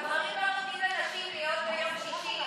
הגברים לא נותנים לנשים להיות ביום שישי,